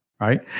Right